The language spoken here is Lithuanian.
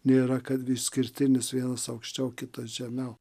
nėra kad išskirtinis vienas aukščiau kitas žemiau